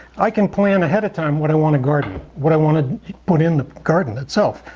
i can plan ahead of time what i want to garden, what i want to put in the garden itself.